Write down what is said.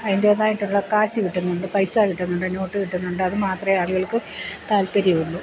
അതിൻ്റേതായിയിട്ടുള്ള കാശ് കിട്ടുന്നുണ്ട് പൈസ കിട്ടുന്നുണ്ട് നോട്ട് കിട്ടുന്നുണ്ട് അത് മാത്രമേ ആളുകൾക്ക് താല്പര്യമുള്ളു